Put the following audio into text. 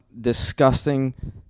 Disgusting